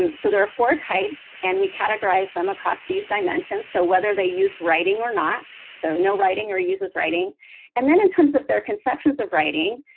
um so there are four types, and we categorize them across these dimensions, so whether they use writing or not so no writing or uses writing and then in terms of their conceptions of writing.